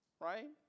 right